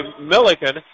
Milliken